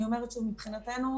מבחינתנו,